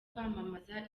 kwamamaza